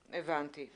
הבנתי,